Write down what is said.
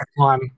time